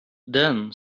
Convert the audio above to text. then